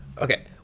Okay